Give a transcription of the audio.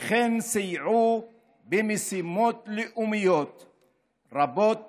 וכן סייעו במשימות לאומיות רבות